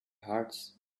hearts